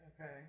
okay